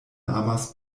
amas